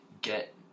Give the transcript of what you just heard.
get